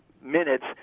minutes